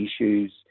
issues